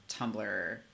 tumblr